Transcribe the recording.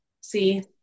See